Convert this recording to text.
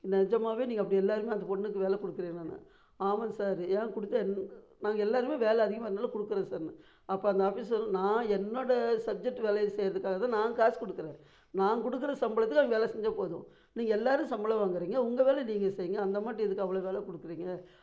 நிஜமாவே நீங்கள் அப்படி எல்லாேருமே அந்த பொண்ணுக்கு வேலை கொடுக்கிறிங்களானு ஆமாம் சார் ஏன் கொடுத்தா என்ன நாங்கள் எல்லாேருமே வேலை அதிகமாக இருந்தனால் கொடுக்குறேன் சார்ன்னா அப்போது அந்த ஆஃபீஸரும் நான் என்னோட சப்ஜெக்ட் வேலையை செய்கிறதுக்காக தான் நான் காசு கொடுக்குறேன் நான் கொடுக்குற சம்பளத்தில் அவங்க வேலை செஞ்சால் போதும் நீங்கள் எல்லாேரும் சம்பளம் வாங்குகிறீங்க உங்கள் வேலை நீங்கள் செய்யுங்க அந்த அம்மாகிட்ட எதுக்கு அவ்வளோ வேலை கொடுக்குறீங்க